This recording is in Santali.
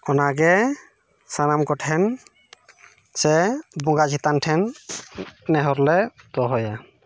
ᱚᱱᱟᱜᱮ ᱥᱟᱱᱟᱢ ᱠᱚᱴᱷᱮᱱ ᱥᱮ ᱵᱚᱸᱜᱟ ᱪᱮᱛᱟᱱ ᱴᱷᱮᱱ ᱱᱮᱦᱚᱨ ᱞᱮ ᱫᱚᱦᱚᱭᱟ